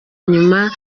nyuma